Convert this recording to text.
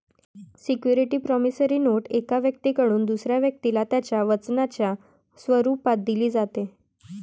security promissory note एका व्यक्तीकडून दुसऱ्या व्यक्तीला त्याच्या वचनाच्या स्वरूपात दिली जाते